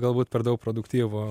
galbūt per daug produktyvu